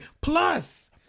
plus